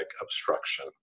obstruction